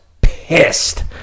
pissed